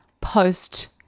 post